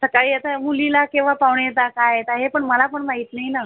सकाळी आता मुलीला केव्हा पाहुणे येतात काय येता हे पण मला पण माहित नाही नं